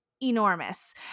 enormous